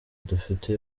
dufite